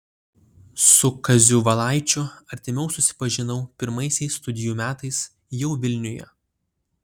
su kaziu valaičiu artimiau susipažinau pirmaisiais studijų metais jau vilniuje